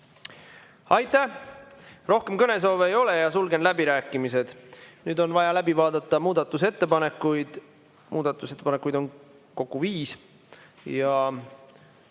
Aitäh! Rohkem kõnesoove ei ole ja sulgen läbirääkimised. Nüüd on vaja läbi vaadata muudatusettepanekud. Muudatusettepanekuid on kokku viis.